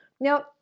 Now